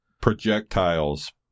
projectiles